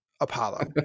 apollo